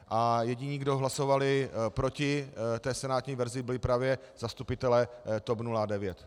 A jediní, kdo hlasovali proti senátní verzi, byli právě zastupitelé TOP09.